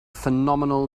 phenomenal